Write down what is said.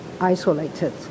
isolated